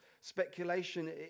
speculation